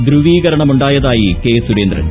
ധ്രൂവീകരണമുണ്ടായത്തായി K Surendran